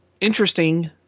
Interesting